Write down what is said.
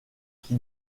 qui